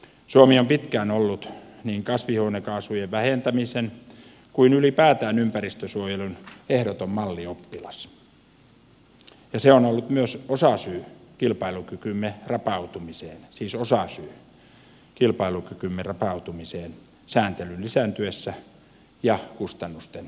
suomi on pitkään ollut niin kasvihuonekaasujen vähentämisen kuin ylipäätään ympäristönsuojelun ehdoton mallioppilas ja se on ollut myös osasyy kilpailukykymme rapautumiseen siis osasyy kilpailukykymme rapautumiseen sääntelyn lisääntyessä ja kustannusten noustessa